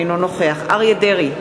אינו נוכח אריה דרעי,